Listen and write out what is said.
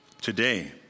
today